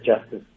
justice